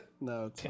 no